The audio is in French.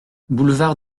boulevard